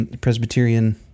Presbyterian